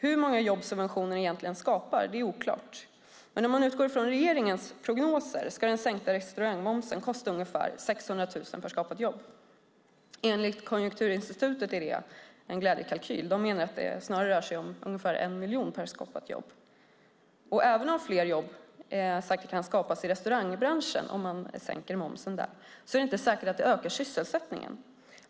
Hur många jobb subventioner egentligen skapar är oklart, men om man utgår ifrån regeringens prognoser ska den sänkta restaurangmomsen kosta ungefär 600 000 per skapat jobb. Enligt Konjunkturinstitutet är det en glädjekalkyl; de menar att det snarare rör sig om ungefär 1 miljon per skapat jobb. Även om fler jobb säkert kan skapas i restaurangbranschen om man sänker momsen där är det inte säkert att det ökar sysselsättningen.